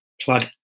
plug